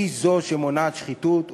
היא זו שמונעת שחיתות,